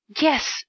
yes